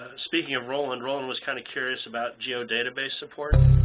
speaking of roland, roland was kind of curious about geodatabases support.